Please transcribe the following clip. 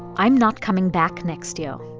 i'm not coming back next year